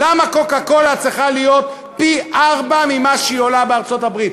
למה פחית "קוקה-קולה" צריכה לעלות פי-ארבעה ממה שהיא עולה בארצות-הברית?